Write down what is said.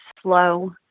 slow